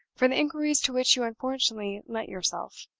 for the inquiries to which you unfortunately lent yourself,